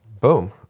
boom